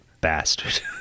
bastard